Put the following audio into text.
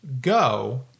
Go